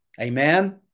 Amen